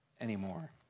anymore